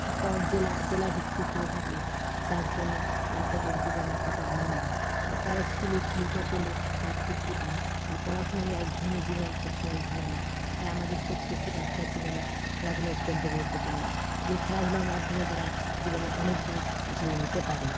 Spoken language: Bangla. তারপর জেলা জেলাভিত্তিক হয়ে থাকে তার জন্য বাচ্চাদের জীবনে কত আনন্দ তারা স্কুলে খেলতে পেলে তারা ফূর্তি পায় তার পড়াশুনায় একঘেয়েমি জীবন সবসময় ভালো নয় তাই আমাদের প্রত্যেকটি বাচ্চার জীবনে খেলাধূলা অত্যন্ত গুরুত্বপূর্ণ যে খেলাধূলার মাধ্যমে তারা জীবনে অনেক দূর যেতে পারে